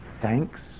thanks